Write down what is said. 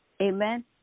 Amen